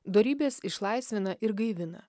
dorybės išlaisvina ir gaivina